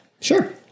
Sure